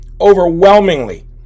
overwhelmingly